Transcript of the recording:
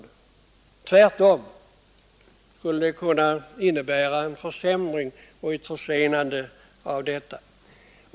Tvärtom skulle det kunna medföra en försämring och försening av arbetet.